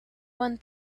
one